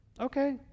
okay